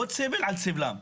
עוד סבל על סבלם.